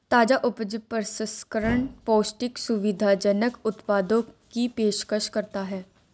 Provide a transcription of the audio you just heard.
ताजा उपज प्रसंस्करण पौष्टिक, सुविधाजनक उत्पादों की पेशकश करता है